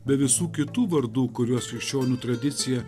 be visų kitų vardų kuriuos krikščionių tradicija